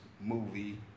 movie